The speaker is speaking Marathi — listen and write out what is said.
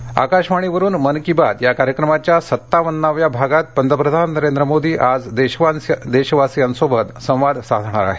मन की बात आकाशवाणीवरुन मन की बात या कार्यक्रमाच्या सत्तावन्नाव्या भागात पंतप्रधान नरेंद्र मोदी देशवासियांसोबत संवाद साधणार आहेत